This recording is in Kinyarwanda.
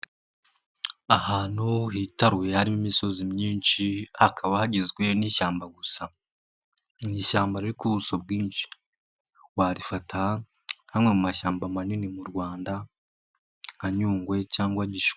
Ahantu hitaruwe harimo imisozi myinshi hakaba hagizwe n'ishyamba gusa, ni ishyamba riri ku buso bwinshi, warifata nka rimwe mu mashyamba manini mu Rwanda, nka Nyungwe cyangwa Gishwati.